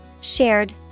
Shared